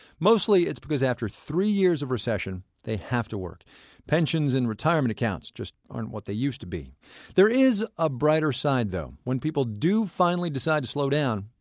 mostly it's because after three years of recession, they have to. pensions and retirement accounts just aren't what they used to be there is a brighter side, though. when people do finally decide to slow down,